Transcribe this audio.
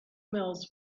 mills